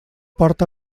porta